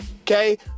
Okay